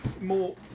more